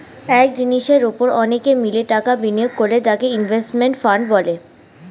এক জিনিসের উপর অনেকে মিলে টাকা বিনিয়োগ করলে তাকে ইনভেস্টমেন্ট ফান্ড বলে